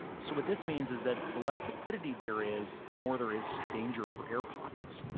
so what this means is that the less liquidity there is, the more there is danger for air pockets.